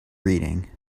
reading